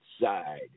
side